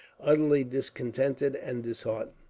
utterly discontented and disheartened.